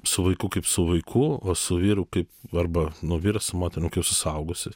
su vaiku kaip su vaiku o su vyru kaip arba nu vyras su moterim kaip su suaugusiais